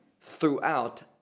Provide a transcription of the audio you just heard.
throughout